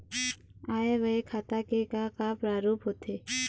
आय व्यय खाता के का का प्रारूप होथे?